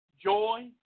Joy